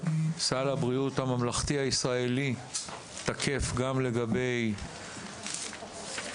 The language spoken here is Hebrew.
סל הבריאות הישראלי הממלכתי באמת תקף גם לגבי מחבל,